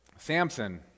Samson